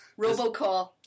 Robocall